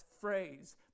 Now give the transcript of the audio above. phrase